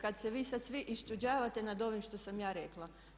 kada se vi sada svi iščuđavate nad ovim što sam ja rekla.